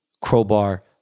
crowbar